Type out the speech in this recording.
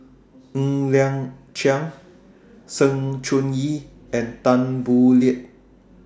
Ng Liang Chiang Sng Choon Yee and Tan Boo Liat